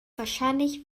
wahrscheinlich